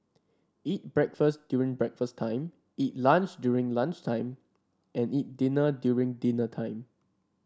eat breakfast during breakfast time eat lunch during lunch time and eat dinner during dinner time